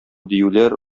диюләр